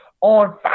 on